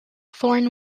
thorn